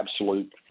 absolute